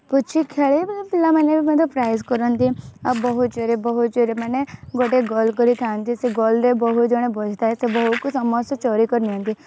ପୁଚି ଖେଳି ବି ପିଲାମାନେ ବି ମଧ୍ୟ ପ୍ରାଇଜ୍ କରନ୍ତି ଆଉ ବୋହୂ ଚୋରି ବୋହୂ ଚୋରି ମାନେ ଗୋଟେ ଗୋଲ କରିଥାନ୍ତି ସେ ଗୋଲରେ ବୋହୂ ଜଣେ ବସିଥାଏ ଥାଏ ସେ ବୋହୂକୁ ସମସ୍ତେ ଚୋରିକରି ନିଅନ୍ତି